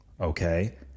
okay